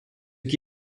qui